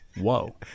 whoa